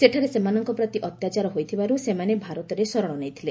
ସେଠାରେ ସେମାନଙ୍କ ପ୍ରତି ଅତ୍ୟାଚାର ହୋଇଥିବାରୁ ସେମାନେ ଭାରତରେ ଶରଣ ନେଇଥିଲେ